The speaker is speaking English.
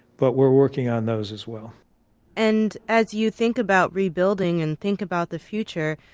but we're working on those as well and as you think about rebuilding and think about the future,